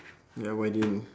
ya why didn't